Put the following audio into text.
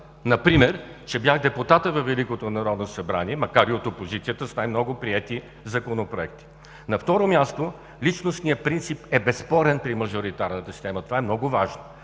например, че бях депутатът във Великото народно събрание, макар и от опозицията, с най-много приети законопроекти. На второ място, личностният принцип е безспорен при мажоритарната система. Това е много важно.